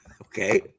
Okay